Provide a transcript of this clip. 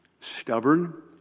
stubborn